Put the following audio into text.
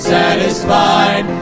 satisfied